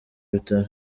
bitaro